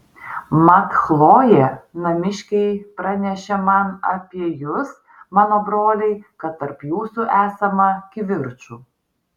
mat chlojė namiškiai pranešė man apie jus mano broliai kad tarp jūsų esama kivirčų